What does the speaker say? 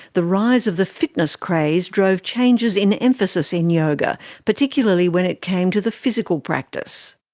the rise of the fitness craze drove changes in emphasis in yoga, particularly when it came to the physical practice.